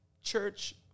church